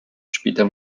später